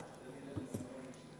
דניאל בן-סימון.